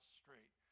straight